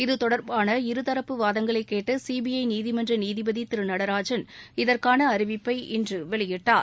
இது தொடர்பான இருதரப்பு வாதங்களை கேட்ட சிபிஐ நீதிமன்ற நீதிபதி திரு நடராஜன் இதற்கான அறிவிப்பை இன்று வெளியிட்டார்